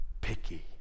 picky